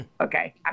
Okay